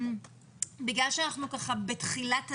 בגלל שאנחנו בתחילת הדרך,